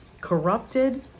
Corrupted